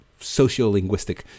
sociolinguistic